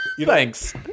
Thanks